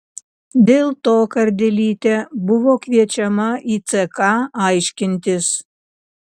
dėl to kardelytė buvo kviečiama į ck aiškintis